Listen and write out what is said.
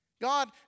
God